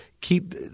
keep